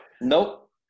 Nope